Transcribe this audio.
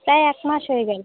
প্রায় এক মাস হয় গেলো